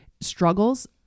struggles